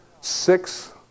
six